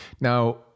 Now